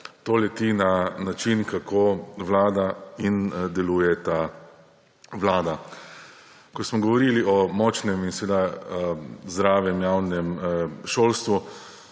to leti na način, kako deluje ta vlada. Ko smo govorili o močnem in zdravem javnem šolstvu,